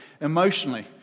emotionally